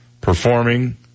performing